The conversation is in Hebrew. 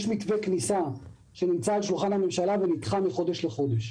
יש מתווה כניסה שנמצא על שולחן הממשלה ונדחה מחודש לחודש.